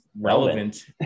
relevant